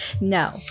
No